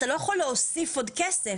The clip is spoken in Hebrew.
אתה לא יכול להוסיף עוד כסף.